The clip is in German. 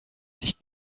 sich